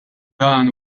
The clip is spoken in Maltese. dan